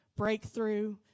breakthrough